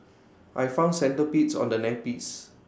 I found centipedes on the nappies